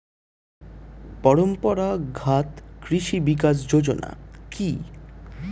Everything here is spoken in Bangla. পরম্পরা ঘাত কৃষি বিকাশ যোজনা কি?